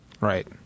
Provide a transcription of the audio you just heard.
Right